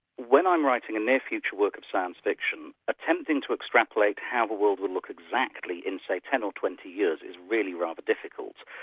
when i'm writing a near future work of science fiction, attempting to extrapolate how the ah world will look exactly in say, ten or twenty years is really rather difficult.